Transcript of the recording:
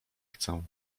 chcę